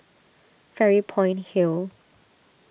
Fairy Point Hill